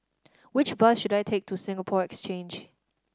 which bus should I take to Singapore Exchange